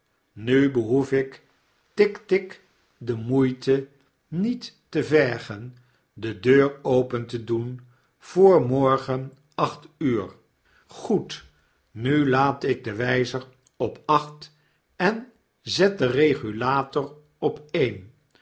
nu behoef ik tik tik de moeite niet te vergen de deur open te doen voor morgen acht uur goed nu laat ik den wijzer op acht en zet den regulator op